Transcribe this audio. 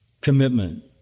commitment